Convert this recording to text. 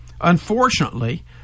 Unfortunately